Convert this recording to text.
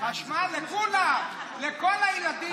חשמל לכולם, לכל הילדים.